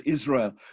Israel